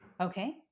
Okay